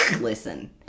listen